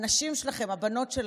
הנשים שלכם, הבנות שלכם,